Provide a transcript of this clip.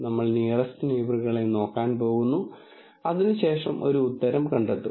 നമ്മൾ നിയറെസ്റ് നെയിബറുകളെ നോക്കാൻ പോകുന്നു അതിനുശേഷം ഒരു ഉത്തരം കണ്ടെത്തും